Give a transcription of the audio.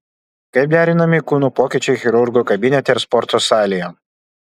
kaip derinami kūno pokyčiai chirurgo kabinete ir sporto salėje